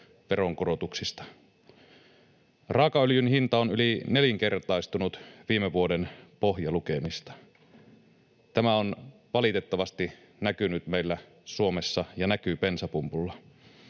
veronkorotuksista. Raakaöljyn hinta on yli nelinkertaistunut viime vuoden pohjalukemista. Tämä on valitettavasti näkynyt ja näkyy meillä Suomessa bensapumpulla.